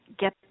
get